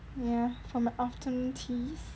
ya for my afternoon teas